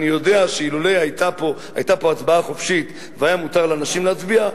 אני יודע שאם היתה פה הצבעה חופשית והיה מותר לאנשים להצביע,